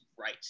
right